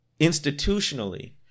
institutionally